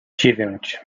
dziewięć